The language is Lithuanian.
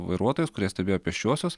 vairuotojus kurie stebėjo pėsčiuosius